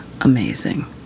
Amazing